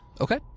Okay